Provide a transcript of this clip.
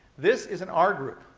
this is an r group.